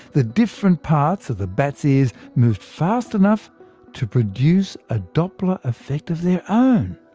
the different parts of the bats ears moved fast enough to produce a doppler effect of their. um